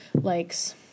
likes